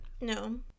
No